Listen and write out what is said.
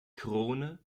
krone